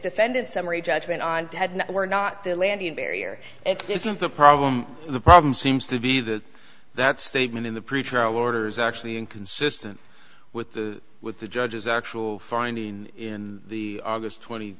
defended summary judgment on dead we're not there landing barrier it isn't the problem the problem seems to be that that statement in the pretrial orders actually inconsistent with the with the judge's actual finding in the aug twenty